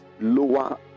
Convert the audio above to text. lower